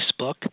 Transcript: Facebook